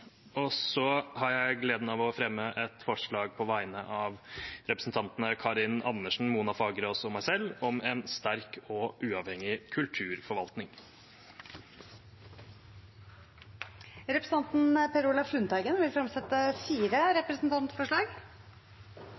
og meg selv om omsorg, ikke omsetning i barnevernet. Så har jeg gleden av å fremme et forslag på vegne av representantene Karin Andersen, Mona Fagerås og meg selv om en sterk og uavhengig kulturforvaltning. Representanten Per Olaf Lundteigen vil fremsette fire